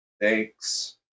thanks